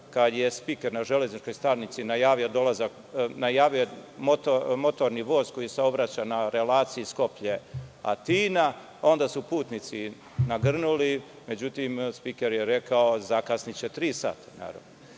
kada je spiker na železničkoj stanici najavio motorni voz koji saobraća na relaciji Skoplje-Atina, onda su putnici nagrnuli. Međutim, spiker je rekao – zakasniće tri sata.